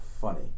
funny